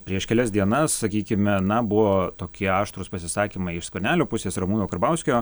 prieš kelias dienas sakykime na buvo tokie aštrūs pasisakymai iš skvernelio pusės ramūno karbauskio